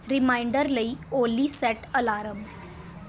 reminder ਲਈ ਓਲੀ set alarm